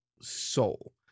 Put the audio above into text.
soul